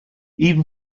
even